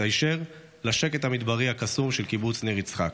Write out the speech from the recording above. היישר לשקט המדברי הקסום של קיבוץ ניר יצחק.